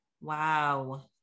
Wow